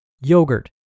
yogurt